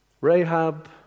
Rahab